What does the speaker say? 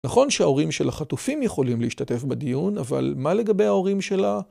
נכון שההורים של החטופים יכולים להשתתף בדיון, אבל מה לגבי ההורים של ה..